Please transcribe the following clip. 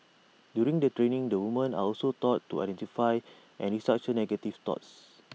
during the training the women are also taught to identify and restructure negative thoughts